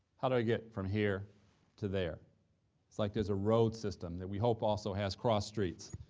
how do they get from here to there? it's like there's a road system that we hope also has cross streets,